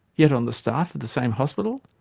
yet on the staff of the same hospital?